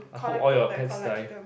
I hope all your pets die